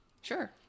Sure